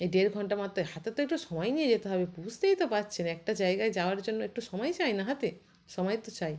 এই দেড় ঘন্টা মাত্র হাতে তো একটু সময় নিয়ে যেতে হবে বুঝতেই তো পারছেন একটা জায়গায় যাওয়ার জন্য একটু সময় চাই না হাতে সময় তো চাই